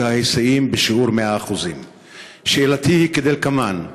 ההיסעים בשיעור 100%. שאלתי היא כדלקמן: